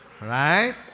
Right